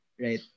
Right